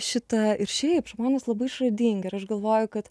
šitą ir šiaip žmonės labai išradingi ir aš galvoju kad